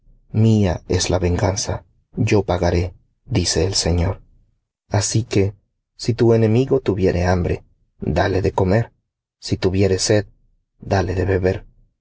mía es la venganza yo pagaré dice el señor así que si tu enemigo tuviere hambre dale de comer si tuviere sed dale de beber